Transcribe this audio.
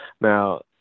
now